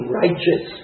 righteous